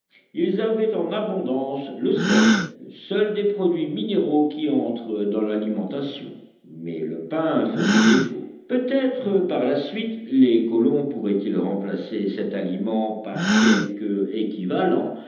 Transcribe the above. ils avaient en abondance le sel le seul des produits minéraux qui entre dans l'alimentation mais le pain faisait défaut peut-être par la suite les colons pourraient-ils remplacer cet aliment par quelque équivalent